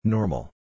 Normal